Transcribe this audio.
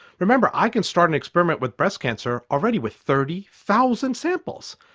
remember i can start an experiment with breast cancer already with thirty thousand samples,